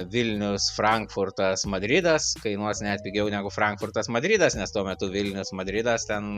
vilnius frankfurtas madridas kainuos net pigiau negu frankfurtas madridas nes tuo metu vilnius madridas ten